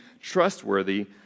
trustworthy